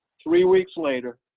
three weeks later,